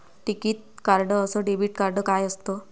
टिकीत कार्ड अस debit card काय असत?